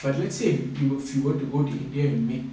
but let's say if you if you were to go india and make